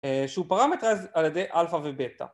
שהוא פרמרטייז על ידי אלפא ובטא